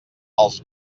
els